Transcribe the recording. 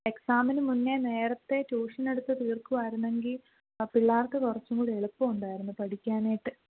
എക്സാമിന് മുന്നേ നേരത്തെ ട്യൂഷൻ എടുത്ത് തീര്ക്കുമായിരുന്നെങ്കിൽ പിള്ളേര്ക്ക് കുറച്ചും കൂടെ എളുപ്പം ഉണ്ടായിരുന്നു പഠിക്കാനായിട്ട്